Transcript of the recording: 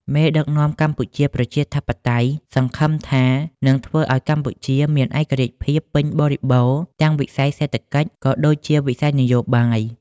មេដឹកនាំកម្ពុជាប្រជាធិបតេយ្យសង្ឃឹមថា នឹងធ្វើឱ្យកម្ពុជាមាន ឯករាជ្យពេញបរិបូរណ៍ទាំងវិស័យសេដ្ឋកិច្ច ក៏ដូចជាវិស័យនយោបាយ។